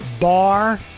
bar